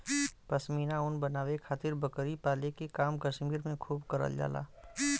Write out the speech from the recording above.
पश्मीना ऊन बनावे खातिर बकरी पाले के काम कश्मीर में खूब करल जाला